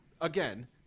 again